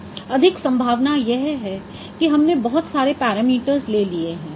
अधिक संभावना यह है कि हमने बहुत सारे पैरामीटर्स ले लिए हैं